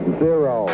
zero